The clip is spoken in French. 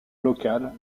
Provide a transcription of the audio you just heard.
locale